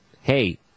hey